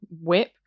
whip